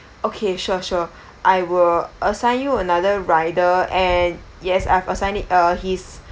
okay sure sure I will assign you another rider and yes I've assigned it uh he's